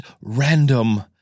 random